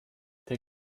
der